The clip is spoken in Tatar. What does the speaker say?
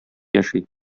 яши